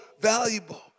valuable